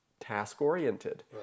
task-oriented